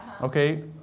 Okay